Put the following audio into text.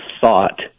thought